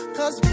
Cause